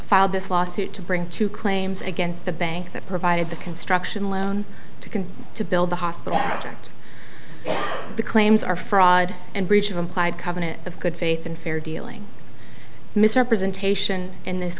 filed this lawsuit to bring two claims against the bank that provided the construction loan to can to build the hospital after the claims are fraud and breach of implied covenant of good faith and fair dealing misrepresentation in this